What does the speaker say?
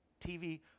TV